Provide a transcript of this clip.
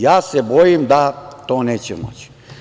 Ja se bojim da to neće moći.